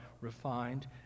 refined